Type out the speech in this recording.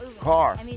car